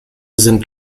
sind